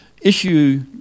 issue